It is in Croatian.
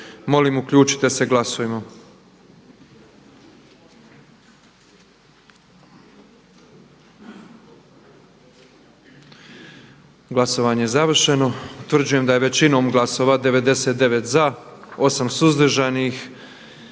Molim vas uključite se. Glasujmo. Glasovanje je završeno. Utvrđujem da je većinom glasova, 88 glasova za, 7 suzdržanih